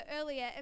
earlier